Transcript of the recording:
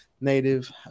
native